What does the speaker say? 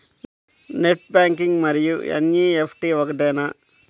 Net banking మరియు NEFT ఒకటేనా?